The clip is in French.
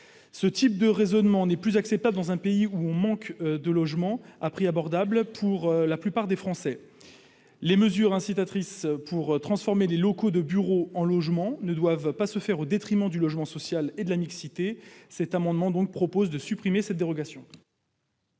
Ce type de raisonnement n'est plus acceptable dans un pays qui manque de logements à des prix abordables pour la plupart des Français. Les mesures incitatrices pour transformer les locaux de bureaux en logements ne doivent pas se faire au détriment du logement social et de la mixité. Il s'agit donc de supprimer cette dérogation.